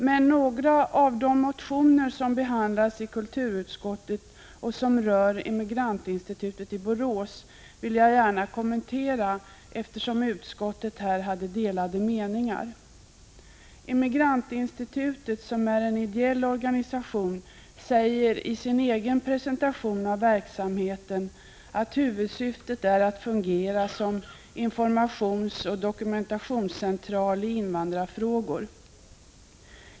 Men några av de motioner som behandlas av kulturutskottet och som rör Immigrantinstitutet i Borås vill jag gärna kommentera, eftersom kulturutskottet här hade delade meningar. Immigrantinstitutet, som är en ideell organisation, säger i sin egen presentation av verksamheten att huvudsyftet är att fungera som en informationsoch dokumentationscentral i invandrarfrågor.